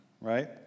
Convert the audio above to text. right